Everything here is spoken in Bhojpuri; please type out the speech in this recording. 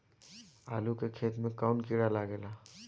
आलू के खेत मे कौन किड़ा लागे ला?